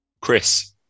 Chris